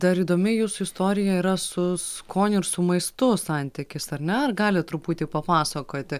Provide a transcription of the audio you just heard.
dar įdomi jūsų istorija yra su skoniu ir su maistu santykis ar ne ar galit truputį papasakoti